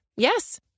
Yes